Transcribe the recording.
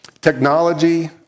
Technology